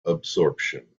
absorption